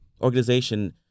organization